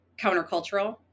countercultural